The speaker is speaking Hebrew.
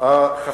אם כבר,